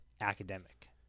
academic